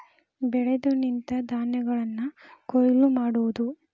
ಬೆಳೆದು ನಿಂತ ಧಾನ್ಯಗಳನ್ನ ಕೊಯ್ಲ ಮಾಡುದು